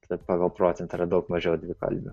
kad pagal procentą yra daug mažiau dvikalbių